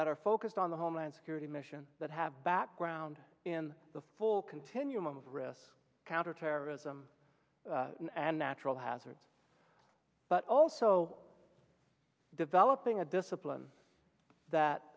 that are focused on the homeland security mission that have background in the full continuum of risk counterterrorism and natural hazards but also developing a discipline that